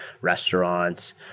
restaurants